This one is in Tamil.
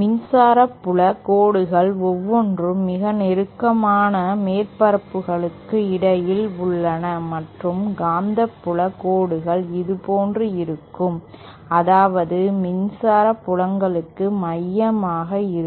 மின்சார புல கோடுகள் ஒவ்வொன்றும் மிக நெருக்கமான மேற்பரப்புகளுக்கு இடையில் உள்ளன மற்றும் காந்தப்புல கோடுகள் இதுபோன்று இருக்கும் அதாவது மின்சார புலங்களுக்கு மையமாக இருக்கும்